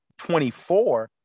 24